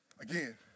Again